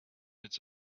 its